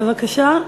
בבקשה.